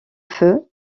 feu